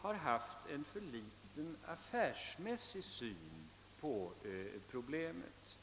har haft en alltför ringa affärsmässig syn på problemet.